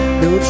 no